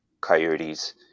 coyotes